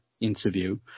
interview